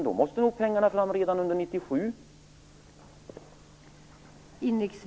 Då måste nog pengarna fram redan under 1997.